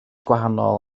gwahanol